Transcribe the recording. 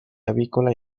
avícola